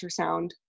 ultrasound